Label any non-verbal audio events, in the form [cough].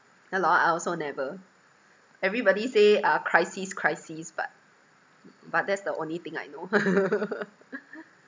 ya lor I also never everybody say uh crisis crisis but but that's the only thing I know [laughs]